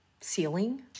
ceiling